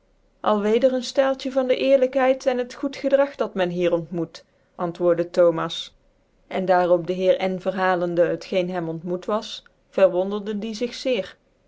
al weder een ftaaltje van de eerlijkheid en het goed gedrag dat men hier ontmoet antwoorde thomas cn daar op de heer n verhalende t geen hem ontmoet was verwonderde die zig jeer